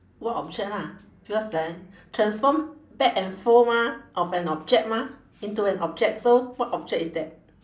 what object lah because then transform back and forth mah of an object mah into an object so what object is that